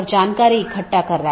तो यह कुछ सूचित करने जैसा है